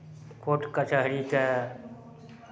court कचहरीके